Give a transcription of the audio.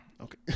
Okay